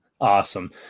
Awesome